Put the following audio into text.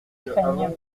dufrègne